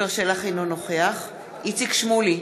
אינו נוכח איציק שמולי,